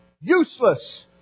Useless